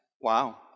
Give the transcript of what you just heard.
Wow